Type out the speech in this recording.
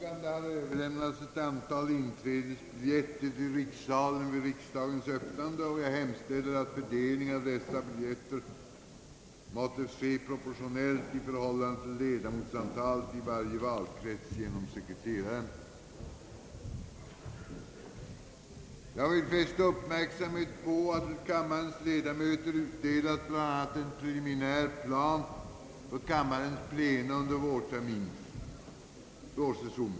Jag vill fästa uppmärksamheten på att till kammarens ledamöter utdelats bl.a. en preliminär plan för kammarens plena under vårsessionen.